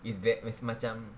is that it's macam